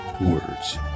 words